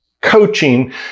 coaching